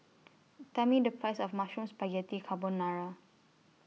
Tell Me The Price of Mushroom Spaghetti Carbonara